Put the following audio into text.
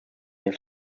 his